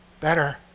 better